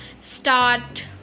start